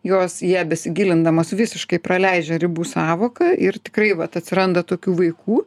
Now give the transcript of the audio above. jos į ją besigilindamos visiškai praleidžia ribų sąvoką ir tikrai vat atsiranda tokių vaikų